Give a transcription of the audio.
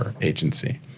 agency